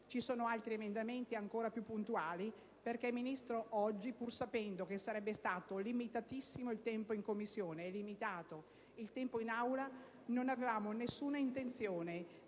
Ci sono altri emendamenti ancora più puntuali, perché oggi, signor Ministro, pur sapendo che sarebbe stato limitatissimo il tempo in Commissione e limitato il tempo in Aula, non avevamo nessuna intenzione